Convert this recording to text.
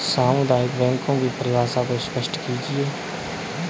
सामुदायिक बैंकों की परिभाषा को स्पष्ट कीजिए?